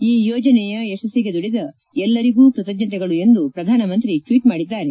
ಈ ಯೋಜನೆಯ ಯಶಸ್ಸಿಗೆ ದುಡಿದ ಎಲ್ಲರಿಗೂ ಕೃತಜ್ಞತೆಗಳು ಎಂದು ಪ್ರಧಾನಮಂತ್ರಿ ಟ್ವೀಟ್ ಮಾಡಿದ್ದಾರೆ